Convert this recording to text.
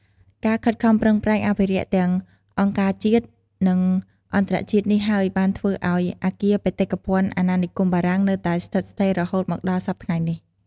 ការខិតខំប្រឹងប្រែងអភិរក្សទាំងអង្គការជាតិ និងអន្តរជាតិនេះហើយបានធ្វើអោយអគារបេតិកភណ្ឌអាណានិគមបារាំងនៅតែស្ថិតស្ថេររហូតមកដល់សព្វថ្ងៃនេះ។